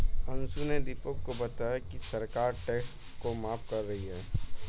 अंशु ने दीपक को बताया कि सरकार टैक्स को माफ कर रही है